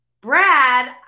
Brad